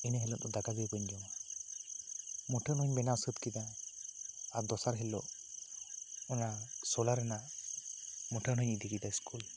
ᱤᱱᱟ ᱦᱤᱞᱚᱜ ᱫᱚ ᱫᱟᱠᱟ ᱜᱮ ᱵᱟᱹᱧ ᱡᱚᱢᱟ ᱢᱩᱴᱷᱟᱹᱱ ᱦᱳᱭ ᱵᱮᱱᱟᱣ ᱥᱟᱹᱛ ᱠᱮᱫᱟ ᱟᱨ ᱫᱚᱥᱟᱨ ᱦᱤᱞᱳᱜ ᱚᱱᱟ ᱥᱳᱞᱟ ᱨᱮᱱᱟᱜ ᱢᱩᱴᱷᱟᱹᱱ ᱦᱳᱭ ᱤᱫᱤ ᱠᱮᱫᱟ ᱤᱥᱠᱩᱞ